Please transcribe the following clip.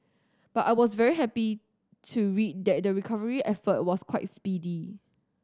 but I was very happy to read that the recovery effort was quite speedy